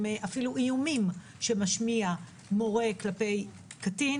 אפילו איומים שמשמיע מורה כלפי קטין